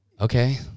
Okay